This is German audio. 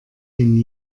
den